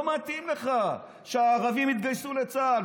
לא מתאים לך שהערבים יתגייסו לצה"ל.